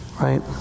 Right